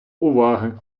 уваги